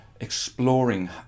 exploring